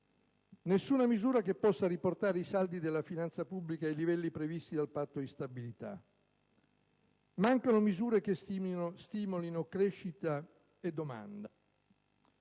alcuna misura che possa riportare i saldi della finanza pubblica ai livelli previsti dal Patto di stabilità, mancano misure che stimolino crescita e domanda.